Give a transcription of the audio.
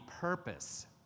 purpose